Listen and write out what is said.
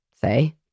say